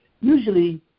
Usually